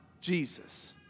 Jesus